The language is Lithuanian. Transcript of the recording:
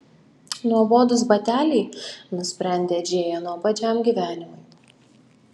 nuobodūs bateliai nusprendė džėja nuobodžiam gyvenimui